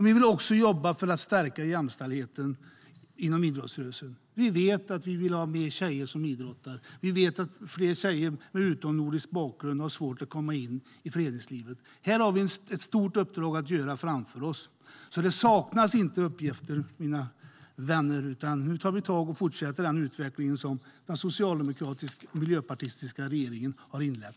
Vi vill också jobba för att stärka jämställdheten inom idrottsrörelsen. Vi vill ha fler tjejer som idrottar. Vi vet att tjejer med utomnordisk bakgrund har svårt att komma in i föreningslivet. Här har vi ett stort uppdrag framför oss. Det saknas inte uppgifter, mina vänner! Nu tar vi tag och fortsätter den utveckling som den socialdemokratisk-miljöpartistiska regeringen har inlett!